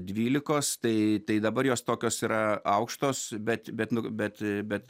dvylikos tai tai dabar jos tokios yra aukštos bet bet nu bet bet